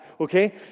okay